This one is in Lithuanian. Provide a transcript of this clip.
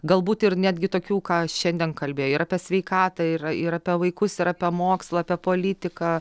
galbūt ir netgi tokių ką šiandien kalbėjo ir apie sveikatą yra ir apie vaikus ir apie mokslą apie politiką